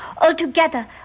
Altogether